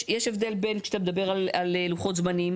יש הבדל בין כשאתה מדבר על לוחות זמנים